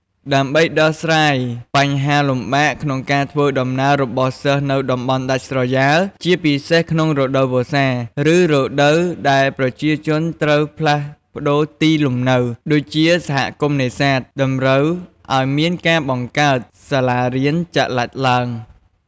ដើម្បីដោះស្រាយបញ្ហាលំបាកក្នុងការធ្វើដំណើររបស់សិស្សនៅតំបន់ដាច់ស្រយាល ជាពិសេសក្នុងរដូវវស្សា ឬរដូវដែលប្រជាជនត្រូវផ្លាស់ប្តូរទីលំនៅ ដូចជាសហគមន៍នេសាទ តម្រូវអោយមានការបង្កើតសាលារៀនចល័តឡើង។